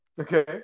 Okay